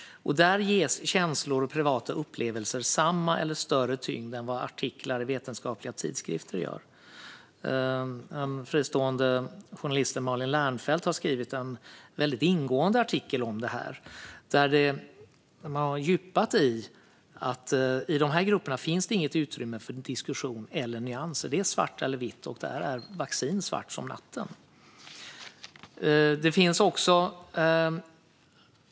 Där ges känslor och privata upplevelser samma eller större tyngd än vad artiklar i vetenskapliga tidskrifter ger. Den fristående journalisten Malin Lernfelt har skrivit en ingående artikel i frågan. Hon har gått på djupet i frågan och menar att det i de grupperna inte finns något utrymme för diskussion eller nyanser. Det är svart eller vitt, och där är vaccin svart som natten.